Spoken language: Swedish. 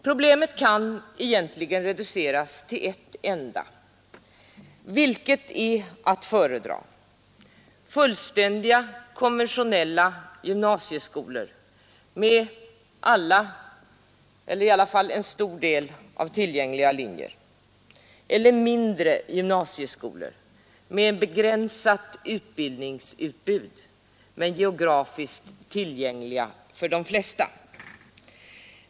Problemet kan reduceras till ett enda: Vilket är att föredra — fullständiga konventionella gymnasieskolor med alla eller i varje fall en stor del av tillgängliga linjer, eller mindre gymnasieskolor med ett begränsat utbildningsutbud men geografiskt tillgängliga för de flesta?